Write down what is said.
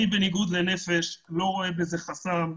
אני בניגוד ל"נפש בנפש" לא רואה בזה חסם.